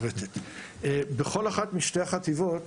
בכל אחת משתי החטיבות